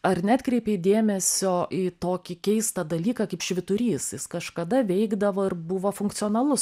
ar neatkreipei dėmesio į tokį keistą dalyką kaip švyturys jis kažkada veikdavo ir buvo funkcionalus